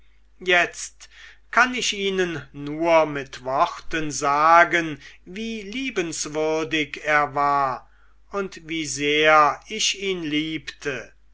jetzt kann ich ihnen nur mit worten sagen wie liebenswürdig er war und wie sehr ich ihn liebte